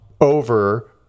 over